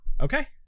Okay